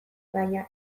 baina